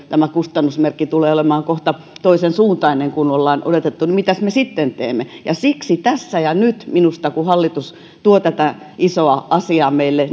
tämä kustannusmerkki päinvastoin tulee olemaan kohta toisen suuntainen kuin ollaan odotettu mitäs me sitten teemme siksi tässä ja nyt minusta kun hallitus tuo tätä isoa asiaa meille